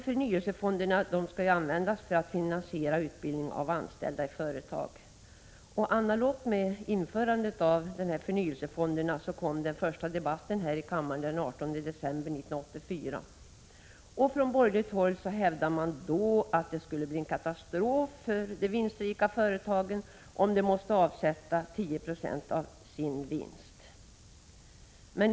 Förnyelsefonderna skall användas för att finansiera utbildning av anställda. Analogt med införandet av förnyelsefonderna kom den första debatten här i kammaren den 18 december 1984. Från borgerligt håll hävdades då att det skulle bli en katastrof för de vinstrika företagen, om de måste avsätta 10 96 av sin vinst.